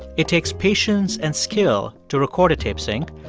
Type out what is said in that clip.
it takes patience and skill to record a tape sync.